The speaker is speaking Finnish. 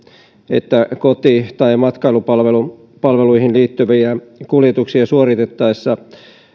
että koti tai matkailupalveluihin liittyviä kuljetuksia suoritettaessa